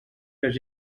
les